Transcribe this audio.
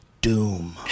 Doom